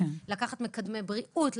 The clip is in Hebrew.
לקחת מקדמי בריאות,